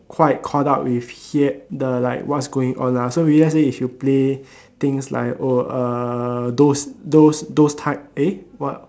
quite caught up with yet uh like what's going on ah so if let's say if you play things like oh uh those those those type eh what